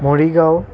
Morigaon